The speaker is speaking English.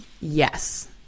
Yes